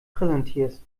präsentierst